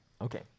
Okay